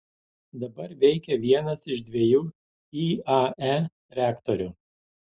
dabar veikia vienas iš dviejų iae reaktorių